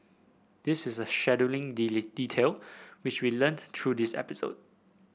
this is a scheduling detail which we learnt through this episode